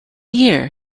year